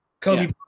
Kobe